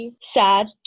sad